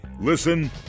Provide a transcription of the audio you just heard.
Listen